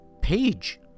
page